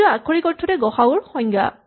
এইটো আক্ষৰিক অৰ্থতে গ সা উ ৰ সংজ্ঞা